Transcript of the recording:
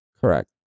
Correct